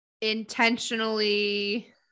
intentionally